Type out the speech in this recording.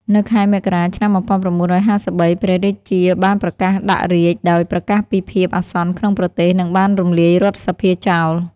នៅខែមករា ឆ្នាំ ១៩៥៣ ព្រះរាជាបានប្រកាសដាក់រាជ្យ ដោយប្រកាសពីភាពអាសន្នក្នុងប្រទេស និងបានរំលាយរដ្ឋសភាចោល។